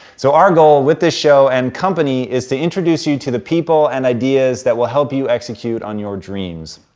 so our goal with this show and company is to introduce you to the people and ideas that will help you execute on your dreams.